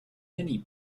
many